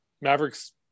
Mavericks